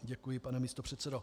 Děkuji, pane místopředsedo.